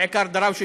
בעיקר דראוושה,